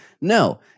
No